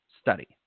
study